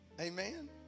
Amen